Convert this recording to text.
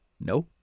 No